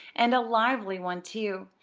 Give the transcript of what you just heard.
and a lively one, too.